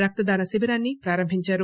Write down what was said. రక్తదాన శిబిరాన్సి ప్రారంభించారు